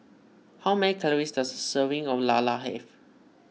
how many calories does a serving of Lala have